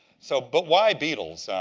so but why beetles?